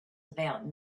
about